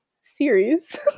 series